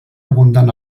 abundant